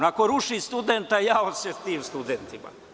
Ako ruši studenta, jaoj se tim studentima.